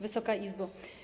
Wysoka Izbo!